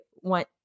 want